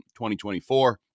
2024